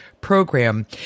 program